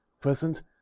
Present